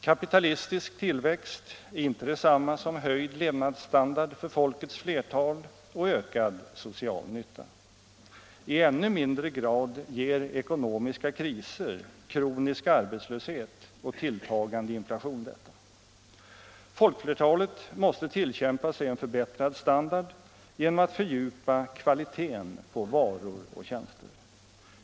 Kapitalistisk tillväxt är inte detsamma som höjd levnadsstandard för folkets flertal och ökad social nytta. I ännu mindre grad ger ekonomiska kriser, kronisk arbetslöshet och tilltagande inflation detta. Folkflertalet måste tillkämpa sig en förbättrad standard genom att fördjupa kvaliteten på varor och tjänster.